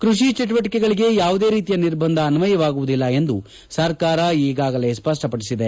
ಕೃಷಿ ಚಟುವಟಿಕೆಗಳಿಗೆ ಯಾವುದೇ ರೀತಿಯ ನಿರ್ಬಂಧ ಅನ್ವಯವಾಗುವುದಿಲ್ಲ ಎಂದು ಸರ್ಕಾರ ಈಗಾಗಲೇ ಸ್ಪಷ್ಟಪಡಿಸಿದೆ